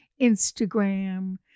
instagram